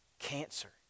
cancer